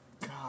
God